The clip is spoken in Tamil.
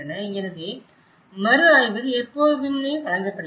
எனவே மறுஆய்வு எப்போதுமே வழங்கப்படுகிறது